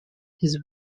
his